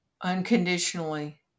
unconditionally